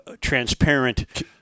transparent